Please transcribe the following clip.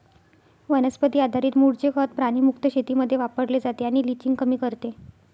वनस्पती आधारित मूळचे खत प्राणी मुक्त शेतीमध्ये वापरले जाते आणि लिचिंग कमी करते